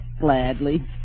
Gladly